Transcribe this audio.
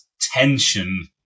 tension